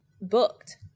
booked